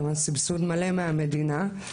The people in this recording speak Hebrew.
סבסוד מלא מהמדינה.